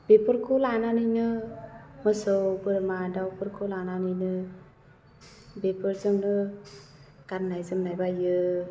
बेफोरखौ लानानैनो मोसौ बोरमा दाउफोरखौ लानानैनो बेफोरजोंनो गान्नाय जोमनाय बाइयो